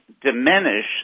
diminish